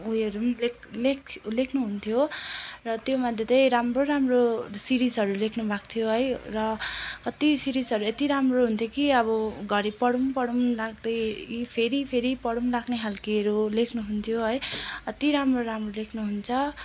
उयोहरू पनि लेख लेख लेख्नुहुन्थ्यो र त्योमध्ये तैँ राम्रो राम्रो सिरिजहरू लेख्नुभएको थियो है र कति सिरिजहरू यति राम्रो हुन्थ्यो कि अब घरि पढौँ पढौँ लाग्दै फेरि फेरि पढौँ लाग्ने खालकेहरू लेख्नुहुन्थ्यो है अति राम्रो राम्रो लेख्नुहुन्छ